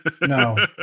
no